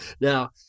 Now